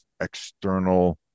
external